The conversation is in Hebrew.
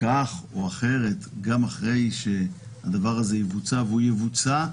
כך או אחרת, גם אחרי שהדבר הזה יבוצע, והוא יבוצע,